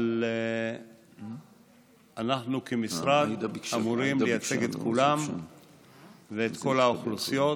אבל אנחנו כמשרד אמורים לייצג את כולם ואת כל האוכלוסיות